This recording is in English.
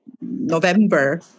November